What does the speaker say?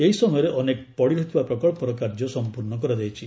ଏହି ସମୟରେ ଅନେକ ପଡ଼ିରହିଥିବା ପ୍ରକଳ୍ପର କାର୍ଯ୍ୟ ସଂପୂର୍ଣ୍ଣ କରାଯାଇଛି